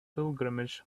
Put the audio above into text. pilgrimage